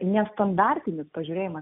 nestandartinis pažiūrėjimas